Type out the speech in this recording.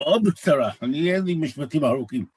עוד קצרה, אני אין לי משפטים ארוכים.